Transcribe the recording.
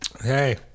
Hey